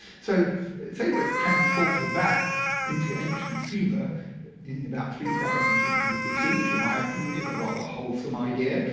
so they were transported back into ancient sumer in about three thousand two hundred bc which, in my opinion, is a rather wholesome idea.